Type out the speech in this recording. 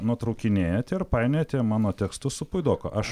nutraukinėjate ir painiojate mano tekstus su puidoko aš